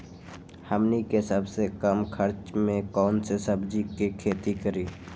हमनी के सबसे कम खर्च में कौन से सब्जी के खेती करी?